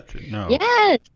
Yes